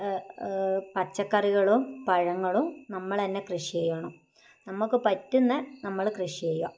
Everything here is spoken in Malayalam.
പച്ചക്കറികളും പഴങ്ങളും നമ്മളന്നെ കൃഷീയ്യണം നമുക്ക് പറ്റുന്ന നമ്മൾ കൃഷി ചെയ്യുക